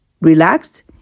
relaxed